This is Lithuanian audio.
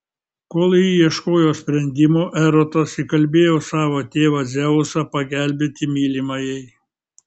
kol ji ieškojo sprendimo erotas įkalbėjo savo tėvą dzeusą pagelbėti mylimajai